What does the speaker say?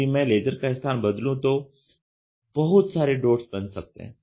यदि मैं लेज़र का स्थान बदलूँ तो बहुत सारे डॉट्स बन सकते हैं